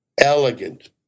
elegant